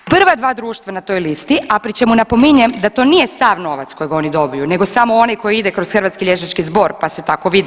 Prva dva društva na toj listi, a pri čemu napominjem da to nije sav novac koji oni dobiju, nego samo onaj koji ide kroz Hrvatski liječnički zbor pa se tako vidi.